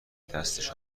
دستش